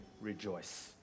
rejoice